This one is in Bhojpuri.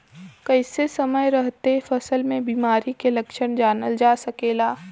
कइसे समय रहते फसल में बिमारी के लक्षण जानल जा सकेला?